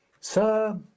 sir